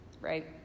right